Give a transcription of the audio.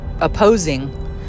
opposing